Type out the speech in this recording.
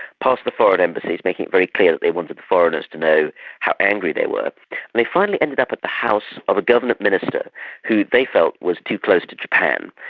past the foreign embassies, making it very clear that they wanted foreigners to know how angry they were, and they finally ended up at the house of a government minister who they felt was too close to japan,